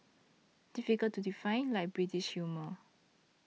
difficult to define like British humour